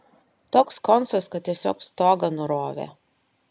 toks koncas kad tiesiog stogą nurovė